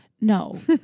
No